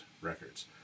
records